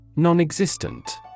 Non-existent